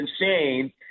insane